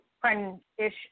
friend-ish